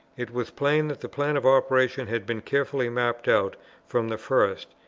it was plain that the plan of operations had been carefully mapped out from the first,